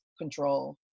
control